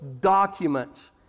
documents